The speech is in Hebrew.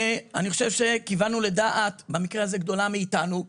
ואני חושב שבמקרה הזה כיוונו לדעה גדולה מאיתנו,